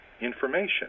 information